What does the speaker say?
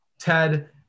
Ted